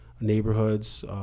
neighborhoods